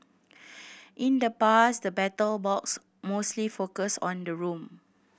in the past the Battle Box mostly focused on the room